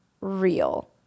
real